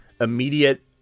immediate